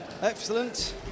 Excellent